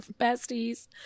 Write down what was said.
besties